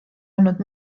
olnud